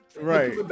right